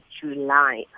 July